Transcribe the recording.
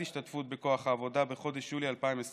ההשתתפות בכוח העבודה בחודש יולי 2020